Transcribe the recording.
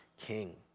king